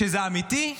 כשזה אמיתי,